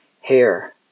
hair